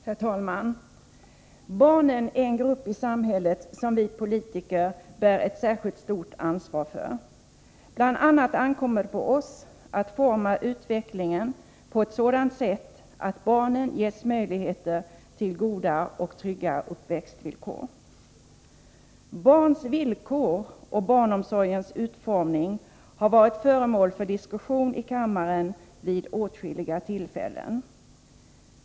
Herr talman! Barnen är en grupp i samhället som vi politiker bär ett särskilt stort ansvar för. Bl. a. ankommer det på oss att forma utvecklingen på ett sådant sätt att barnen ges möjligheter till goda och trygga uppväxtvillkor. Barns villkor och barnomsorgens utformning har varit föremål för diskussion i kammaren vid åtskilliga tillfällen.